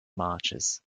marches